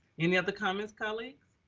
any other comments colleagues?